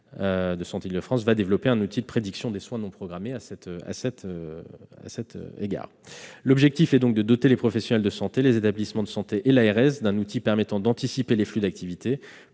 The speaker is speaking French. de santé d'Île-de-France va ainsi développer un outil de prédiction des soins non programmés à cet effet. L'objectif est de doter les professionnels de santé, les établissements de santé et l'ARS d'un outil permettant d'anticiper les flux d'activité